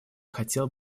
хотел